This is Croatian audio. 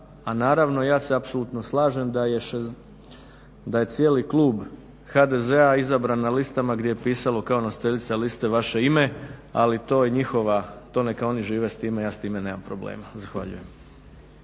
a naravno ja se apsolutno slažem da je cijeli klub HDZ-a izabran na listama gdje je pisalo kao nositeljica liste vaše ime. Ali to je njihova, to neka oni žive s time. Ja s time nemam problema. Zahvaljujem.